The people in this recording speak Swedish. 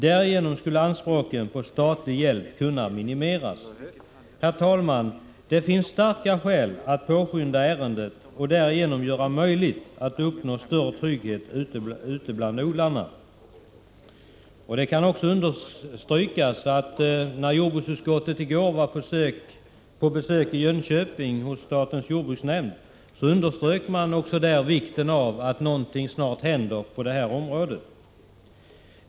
Då skulle anspråken på statlig hjälp kunna minimeras. Herr talman! Det finns starka skäl till att påskynda ärendet och därigenom göra det möjligt att uppnå större trygghet ute bland odlarna. När jordbruksutskottet i går var på besök hos statens jordbruksnämnd i Jönköping, underströk man också där vikten av att något snart händer på detta område.